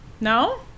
No